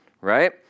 Right